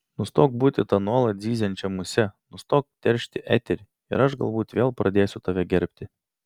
nustok būti ta nuolat zyziančia muse nustok teršti eterį ir aš galbūt vėl pradėsiu tave gerbti